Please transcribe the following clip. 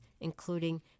including